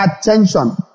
attention